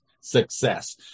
Success